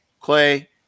clay